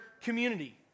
community